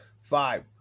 Five